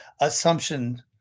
assumption